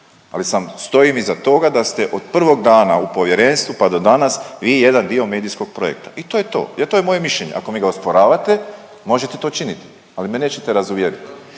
sam stojim iza toga da ste od prvog dana u povjerenstvu pa do danas vi jedan dio medijskog projekta i to je to. Jer to je moje mišljenje, ako mi ga osporavate, možete to činiti, ali me nećete razuvjeriti